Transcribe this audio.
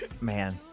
man